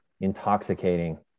intoxicating